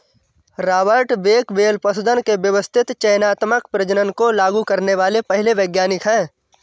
Robert Bakewell पशुधन के व्यवस्थित चयनात्मक प्रजनन को लागू करने वाले पहले वैज्ञानिक है